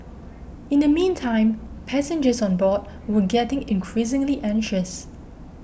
in the meantime passengers on board were getting increasingly anxious